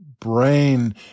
Brain